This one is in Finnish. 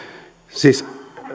siis kun